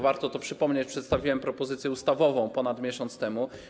Warto to przypomnieć: przedstawiałem propozycję ustawową ponad miesiąc temu.